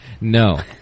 No